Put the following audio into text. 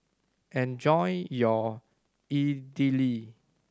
enjoy your Idili